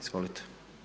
Izvolite.